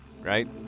right